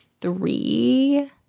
three